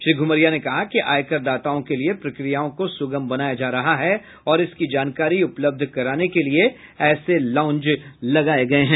श्री घुमरिया ने कहा कि आयकर दाताओं के लिये प्रक्रियाओं को सुगम बनाया जा रहा है और इसकी जानकारी उपलब्ध कराने के लिये ऐसे लॉउंज लगाये गये हैं